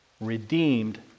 redeemed